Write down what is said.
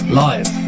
live